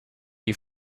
you